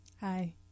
Hi